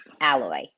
Alloy